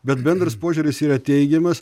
bet bendras požiūris yra teigiamas